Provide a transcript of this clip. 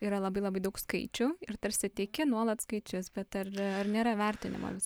yra labai labai daug skaičių ir tarsi teiki nuolat skaičius bet ar ar nėra vertinimo vis